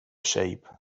shape